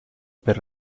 per